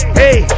hey